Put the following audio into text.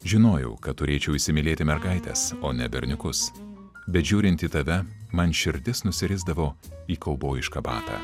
žinojau kad turėčiau įsimylėti mergaites o ne berniukus bet žiūrint į tave man širdis nusirisdavo į kaubojišką batą